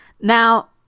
Now